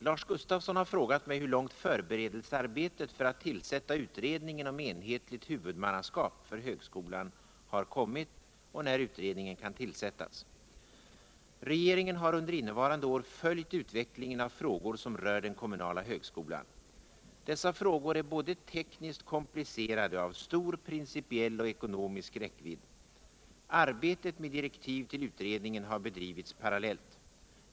Lars Gustafsson har frågat mig hur långt förberedelsearbetet för att tillsätta utredningen om enhetligt huvudmannaskap för högskolan har kommit och när utredningen kan ullsättas. Regeringen har under innevarande år följt utvecklingen av frågor som rör den kommunala högskolan. Dessa frågor är både tekniskt komplicerade och av stor principiell och ekonomisk räckvidd. Arbetet med direktiv till utredningen har bedrivits parallellt.